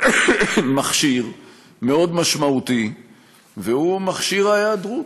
מכשיר מאוד משמעותי והוא מכשיר ההיעדרות.